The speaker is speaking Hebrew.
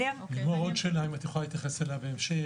לימור, עוד שאלה, אם את יכולה להתייחס אליה בהמשך.